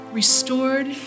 restored